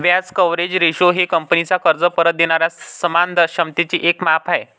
व्याज coverage ratio हे कंपनीचा कर्ज परत देणाऱ्या सन्मान क्षमतेचे एक माप आहे